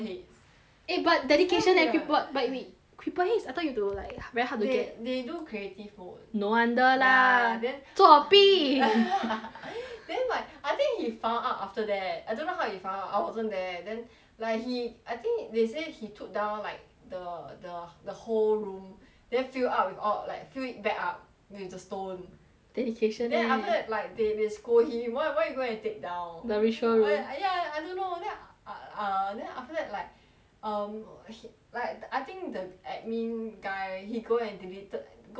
eh but dedication eh be~ bought but we creeper heads I thought need to like like very hard to get wait they do creative mode no wonder lah ya then 作弊 then like I think he found out after that I don't know how he found out I wasn't there then like he I think they say he took down like the the the whole room then fill up with all like fill it back up with the stone dedication leh then after that like they they scold him he why why you go and take down the ritual room are I ya I don't know then uh uh then after that like um he~ like I think the admin guy he go and deleted go delete his house